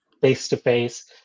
face-to-face